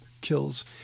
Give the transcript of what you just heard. kills